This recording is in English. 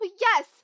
Yes